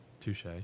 Touche